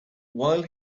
while